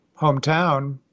hometown